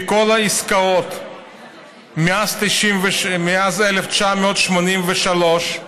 בכל העסקאות מאז 1983,